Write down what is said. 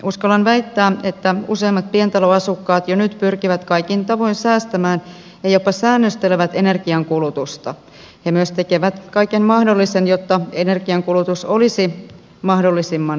uskallan väittää että useimmat pientaloasukkaat jo nyt pyrkivät kaikin tavoin säästämään ja jopa säännöstelevät energiankulutusta ja myös tekevät kaiken mahdollisen jotta energiankulutus olisi mahdollisimman pieni